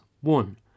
One